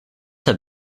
have